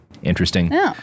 Interesting